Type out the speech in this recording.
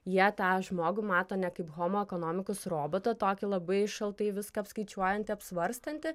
jie tą žmogų mato ne kaip homo economicus robotą tokį labai šaltai viską apskaičiuojantį apsvarstantį